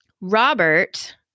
Robert